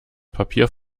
papier